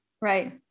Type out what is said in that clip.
Right